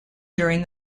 during